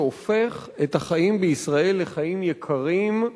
שהופך את החיים בישראל לחיים יקרים,